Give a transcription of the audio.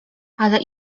ale